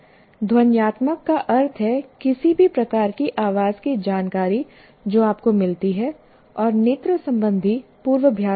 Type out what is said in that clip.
ध्वन्यात्मक का अर्थ है किसी भी प्रकार की आवाज की जानकारी जो आपको मिलती है और नेत्र संबंधी पूर्वाभ्यास लूप